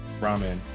ramen